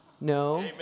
No